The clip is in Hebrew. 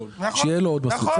שיהיה לו עוד מסלול.